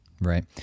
Right